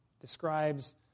describes